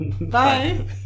Bye